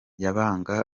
yabanaga